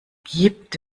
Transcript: gibt